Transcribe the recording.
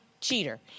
cheater